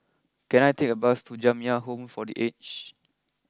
can I take a bus to Jamiyah Home for the Aged